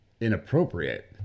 inappropriate